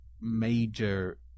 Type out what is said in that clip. major